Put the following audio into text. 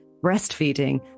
breastfeeding